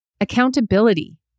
Accountability